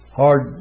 hard